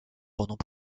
pendant